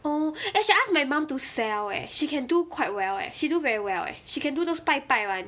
oh eh I should ask my mum to sell eh she can do quite well eh she do very well eh she can do those 拜拜 one